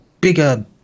bigger